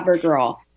CoverGirl